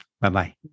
Bye-bye